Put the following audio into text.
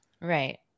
Right